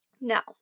Now